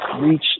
reach